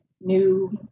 new